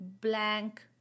blank